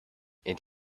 and